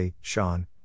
sean